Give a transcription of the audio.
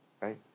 right